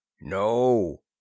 No